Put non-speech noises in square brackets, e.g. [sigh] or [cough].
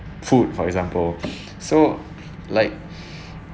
food for example [breath] so like [breath]